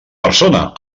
persona